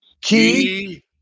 key